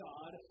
God